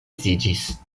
edziĝis